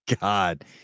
God